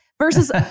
versus